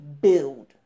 build